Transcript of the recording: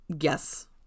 Yes